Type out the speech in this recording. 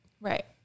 Right